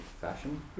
fashion